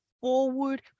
forward